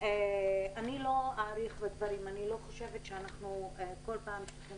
אני לא חושבת שאנחנו כל פעם צריכים